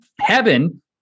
Heaven